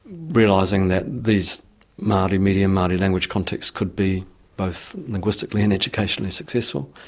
realising that these maori medium, maori language contexts could be both linguistically and educationally successful,